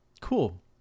Cool